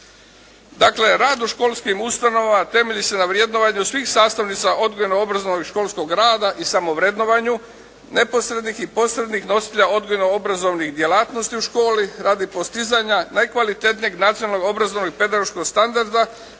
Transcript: Dakle rad u školskim ustanovama temelji se na vrednovanju svih sastavnica odgojno-obrazovnog i školskog rada i samovrednovanju neposrednih i posrednih nositelja odgojno-obrazovnih djelatnosti u školi radi postizanja najkvalitetnijeg nacionalnog obrazovnog i pedagoškog standarda.